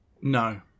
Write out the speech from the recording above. No